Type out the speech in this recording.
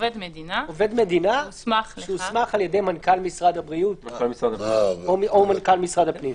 עובד מדינה שהוסמך על ידי מנכ"ל משרד הבריאות או מנכ"ל משרד הפנים.